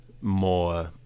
more